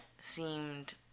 seemed